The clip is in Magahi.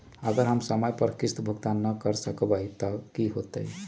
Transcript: अगर हम समय पर किस्त भुकतान न कर सकवै त की होतै?